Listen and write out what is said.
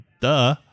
duh